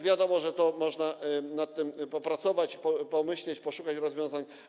Wiadomo, że można nad tym popracować, pomyśleć, poszukać rozwiązań.